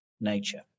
nature